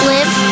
Live